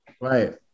Right